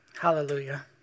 Hallelujah